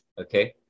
okay